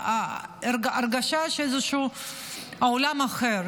הרגשה של איזשהו עולם אחר.